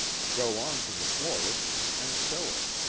go on to the florists and show it,